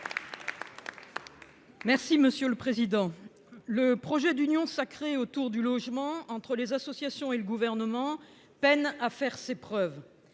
et Républicain. Le projet d'union sacrée autour du logement entre les associations et le Gouvernement peine à faire ses preuves.